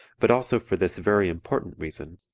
but also for this very important reason,